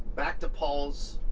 back to paul's